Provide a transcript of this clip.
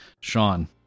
Sean